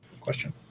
Question